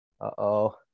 Uh-oh